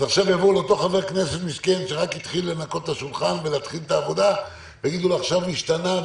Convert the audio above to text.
לא יבואו לאיזה חבר כנסת שרק התחיל את העבודה ויאמרו לו: "עכשיו השתנה,